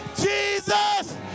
Jesus